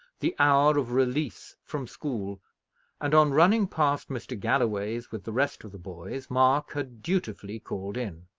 the hour of release from school and, on running past mr. galloway's with the rest of the boys, mark had dutifully called in.